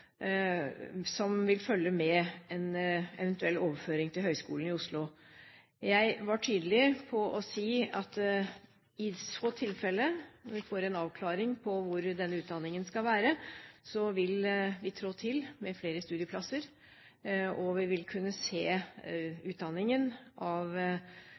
som vil følge med en eventuell overføring til Høgskolen i Oslo. Jeg var tydelig på å si at i tilfelle vi får en avklaring av hvor denne utdanningen skal være, vil vi trå til med flere studieplasser, og vi vil kunne se utdanningen i tegnspråk og av